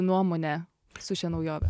nuomonę su šia naujove